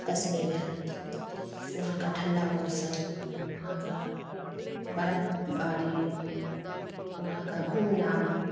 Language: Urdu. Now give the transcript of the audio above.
کشمیر ہے وہاں کا ٹھنڈا موسم وہاں کا برف باری وہاں کا گھومنا